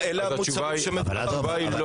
התשובה היא לא